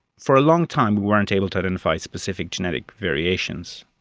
for a long time we weren't able to identify specific genetic variations.